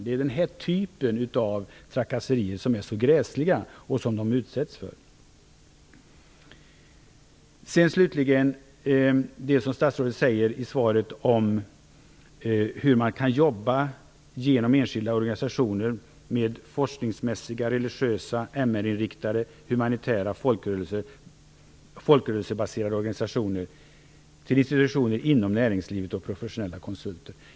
Det är den här typen av trakasserier som är så gräsliga och som människor utsätts för. Statsrådet talar i svaret om hur man kan jobba genom allt från enskilda organisationer - forskningsmässiga, religiösa, MR-inriktade och humanitära folkrörelsebaserade organisationer - till institutioner inom näringslivet och professionella konsulter.